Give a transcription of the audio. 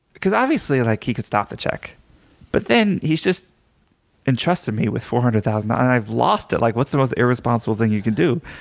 because obviously, like he could stop the check but then he's just entrusted me with four hundred thousand dollars and i've lost it. like what's the most irresponsible thing you can do?